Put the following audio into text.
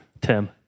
Tim